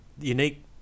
unique